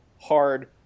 hard